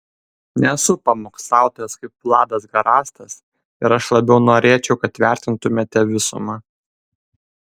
nesu pamokslautojas kaip vladas garastas ir aš labiau norėčiau kad vertintumėte visumą